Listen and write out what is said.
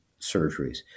surgeries